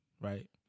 right